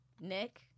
Nick